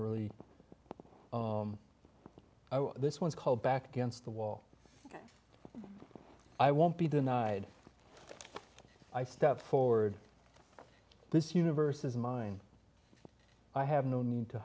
really this one's called back against the wall i won't be denied i step forward this universe is mine i have no need to